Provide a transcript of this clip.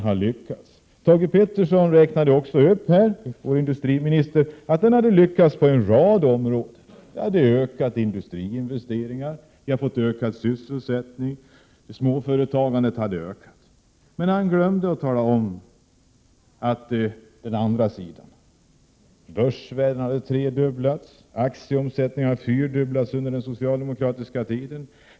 Industriminister Thage Peterson räknade också upp en rad områden där han hade lyckats. Han sade att industriinvesteringarna, sysselsättningen och småföretagandet hade ökat. Han glömde att tala om den andra sidan, nämligen att börsvärdena har tredubblats och aktieomsättningen har fyrdubblats under den socialdemokratiska tiden.